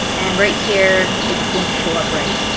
and right here, it's going to show up right,